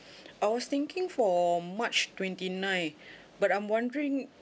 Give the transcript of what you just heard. I was thinking for march twenty-nine but I'm wondering